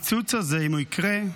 הקיצוץ הזה, אם הוא יקרה,